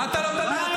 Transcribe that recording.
מה אתה לא מדבר?